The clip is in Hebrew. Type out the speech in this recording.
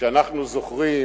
וכשאנחנו זוכרים